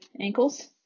ankles